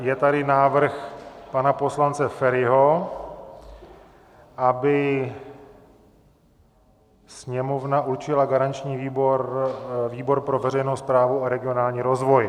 Je tady návrh pana poslance Feriho, aby Sněmovna určila garančním výborem výbor pro veřejnou správu a regionální rozvoj.